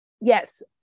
Yes